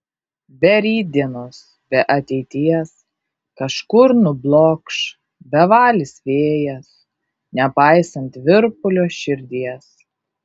be rytdienos be ateities kažkur nublokš bevalis vėjas nepaisant virpulio širdies